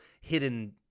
hidden